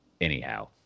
anyhow